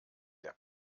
der